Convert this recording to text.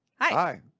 Hi